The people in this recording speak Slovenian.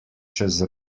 čez